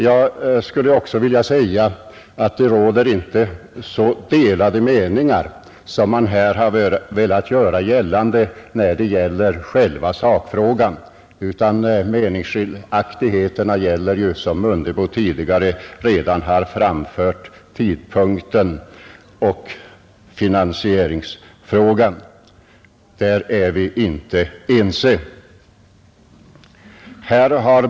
Jag skulle också vilja säga att det inte råder så delade meningar i själva sakfrågan som man här har velat göra gällande. Meningsskiljaktigheterna avser ju, som herr Mundebo redan har anfört, tidpunkten och finansieringsfrågan — därvidlag är vi inte ense.